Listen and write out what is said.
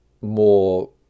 more